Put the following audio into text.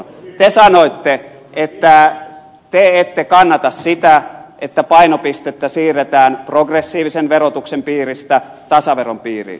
te sanoitte että te ette kannata sitä että painopistettä siirretään progressiivisen verotuksen piiristä tasaveron piiriin